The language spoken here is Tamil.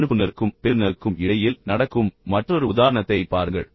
அனுப்புநருக்கும் பெறுநருக்கும் இடையில் நடக்கும் மற்றொரு உதாரணத்தைப் பாருங்கள்